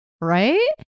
right